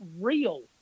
real